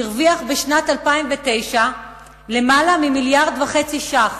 שהרוויח בשנת 2009 למעלה מ-1.5 מיליארד ש"ח.